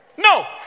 No